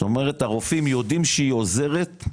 זאת אומרת הרופאים יודעים שהיא עוזרת,